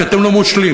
כי אתם לא מושלים.